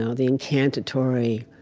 ah the incantatory,